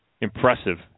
Impressive